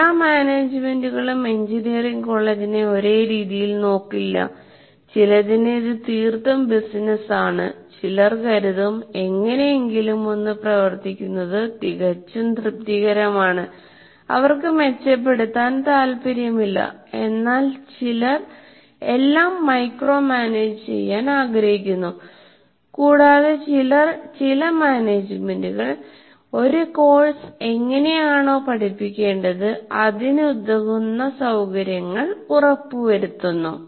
എല്ലാ മാനേജുമെന്റുകളും എഞ്ചിനീയറിംഗ് കോളേജിനെ ഒരേ രീതിയിൽ നോക്കില്ല ചിലതിന് ഇത് തീർത്തും ബിസിനസ്സ് ആണ് ചിലർ കരുതും എങ്ങിനെയെങ്കിലും ഒന്ന് പ്രവർത്തിക്കുന്നത് തികച്ചും തൃപ്തികരമാണ് അവർക്കു മെച്ചപ്പെടുത്താൻ താൽപ്പര്യമില്ലഎന്നാൽ ചിലർ എല്ലാം മൈക്രോ മാനേജുചെയ്യാൻ ആഗ്രഹിക്കുന്നു കൂടാതെ ചില മാനേജുമെന്റുകൾ ഒരു കോഴ്സ് എങ്ങിനെ ആണോ പഠിപ്പിക്കേണ്ടത് അതിനുതകുന്ന സൌകര്യങ്ങൾ ഉറപ്പു വരുത്തുന്നു